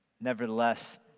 Nevertheless